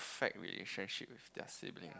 ~fect relationship with their siblings